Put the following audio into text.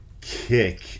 kick